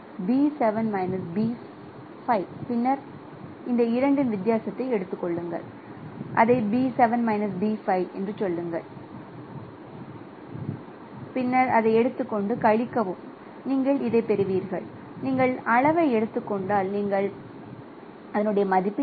B7 B5 பின்னர் மீண்டும் இந்த இரண்டின் வித்தியாசத்தை எடுத்துக் கொள்ளுங்கள் அதை B7 B5 என்று சொல்லுங்கள் பின்னர் அதை எடுத்து கழிக்கவும் பி 5 பி 3 நீங்கள் அதைப் பெறுவீர்கள் நீங்கள் அளவை எடுத்துக் கொண்டால் நீங்கள் பெறுவீர்கள் அதே மதிப்பு இங்கே